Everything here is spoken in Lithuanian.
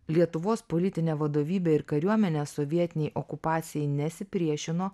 lietuvos politinė vadovybė ir kariuomenė sovietinei okupacijai nesipriešino